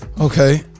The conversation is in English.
okay